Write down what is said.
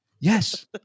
yes